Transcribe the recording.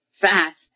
fast